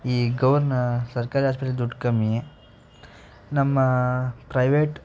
ಈ ಗವರ್ನ ಸರ್ಕಾರಿ ಆಸ್ಪತ್ರೆ ದುಡ್ಡು ಕಮ್ಮಿ ನಮ್ಮ ಪ್ರೈವೇಟ್